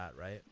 right